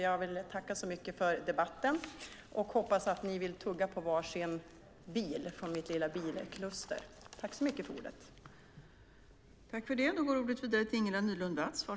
Jag tackar så mycket för debatten och hoppas att ni vill tugga på varsin bil från mitt lilla bilkluster.